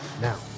now